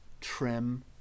trim